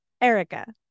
Erica